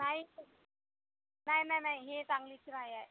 नाही नाही नाही नाही ही चांगलीच नाही आहे